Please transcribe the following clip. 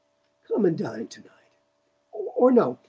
come and dine to-night or no,